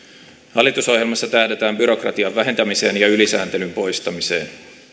hallitusohjelmassa tähdätään byrokratian vähentämiseen ja ylisääntelyn poistamiseen